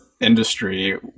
industry